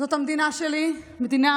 זאת המדינה שלי, מדינה